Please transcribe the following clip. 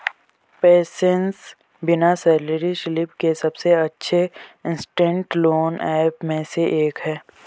PaySense बिना salary slip के सबसे अच्छे इंस्टेंट लोन ऐप में से एक है